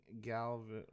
Galvin